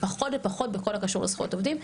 פחות ופחות בכל הקשור לזכויות עובדים,